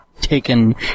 taken